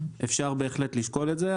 אפשר בהחלט לשקול את זה,